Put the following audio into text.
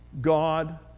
God